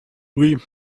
lui